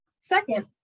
Second